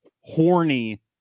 horny